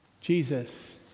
Jesus